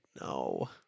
no